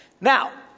Now